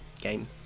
game